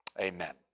amen